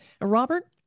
Robert